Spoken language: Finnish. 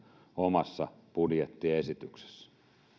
omassa budjettiesityksessä